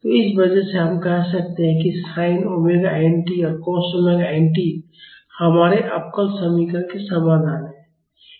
तो इस वजह से हम कह सकते हैं कि sin ओमेगा एन टी और कॉस ओमेगा एन टी भी हमारे अवकल समीकरण के समाधान हैं